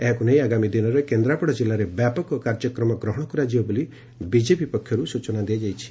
ଏହାକୁ ନେଇ ଆଗାମୀ ଦିନରେ କେନ୍ଦ୍ରାପଡା ଜିଲ୍ଲାରେ ବ୍ୟାପକ କାର୍ଯ୍ୟକ୍ରମ ଗ୍ରହଣ କରାଯିବ ବୋଲି ବିଜେପି ପକ୍ଷରୁ ସୂଚନା ଦେଇଛନ୍ତି